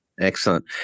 Excellent